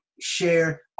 share